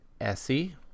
SE